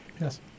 Yes